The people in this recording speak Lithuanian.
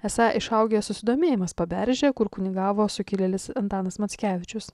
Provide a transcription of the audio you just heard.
esą išaugęs susidomėjimas paberže kur kunigavo sukilėlis antanas mackevičius